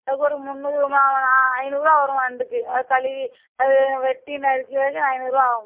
அதுக்கு ஒரு முந்நூறு ஐந்நூறுபா வரும் நண்டுக்கு அதை கழுவி அதை வெட்டி அதுக்கு இதுக்குன்னு ஐந்நூறுபா ஆகும்